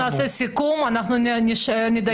יוליה מלינובסקי (יו"ר ועדת מיזמי תשתית לאומיים